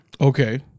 Okay